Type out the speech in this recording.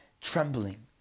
trembling